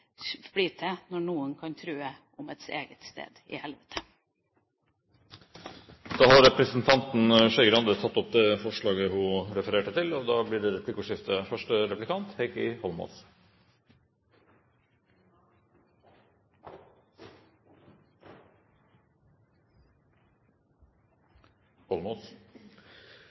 blir til når noen kan true med et eget sted i helvete. Representanten Trine Skei Grande har tatt opp det forslaget hun refererte til. Det blir replikkordskifte.